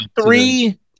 three